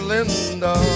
Linda